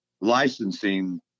licensing